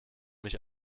mich